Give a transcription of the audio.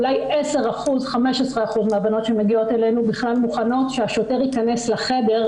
אולי 10% או 15% מהבנות שמגיעות אלינו בכלל מוכנות שהשוטר ייכנס לחדר,